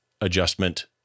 adjustment